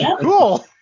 cool